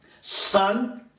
son